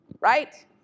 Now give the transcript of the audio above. Right